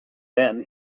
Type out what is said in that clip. then